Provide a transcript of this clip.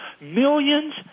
millions